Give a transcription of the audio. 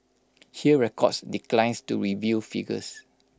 Hear records declines to reveal figures